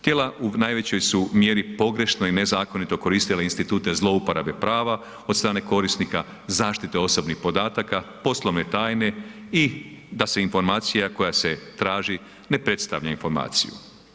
Tijela u najvećoj su mjeri pogrešno i nezakonito koristile institute zlouporabe prava od strane korisnika, zaštite osobnih podataka, poslovne tajne i da se informacije koja se traži ne predstavlja informaciju.